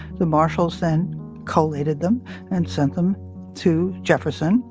the marshals then collated them and sent them to jefferson.